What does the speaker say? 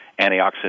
antioxidant